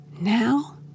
Now